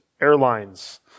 Airlines